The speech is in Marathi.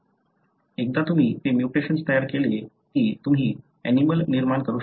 एकदा तुम्ही ते म्युटेशन तयार केले की तुम्ही ऍनिमलं निर्माण करू शकता